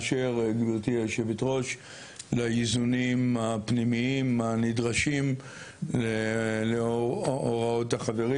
באשר לאיזונים הפנימיים הנדרשים להוראות החברים